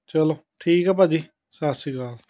ਚਲੋ ਠੀਕ ਆ ਭਾਅ ਜੀ ਸਤਿ ਸ਼੍ਰੀ ਅਕਾਲ